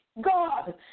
God